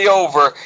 over